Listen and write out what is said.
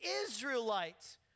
Israelites